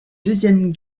deuxième